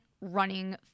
running